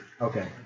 Okay